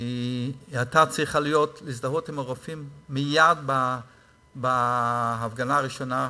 שהיא הייתה צריכה להזדהות עם הרופאים מייד בהפגנה הראשונה,